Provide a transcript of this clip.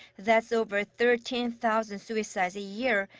that's over thirteen thousand suicides a year.